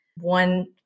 One